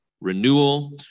renewal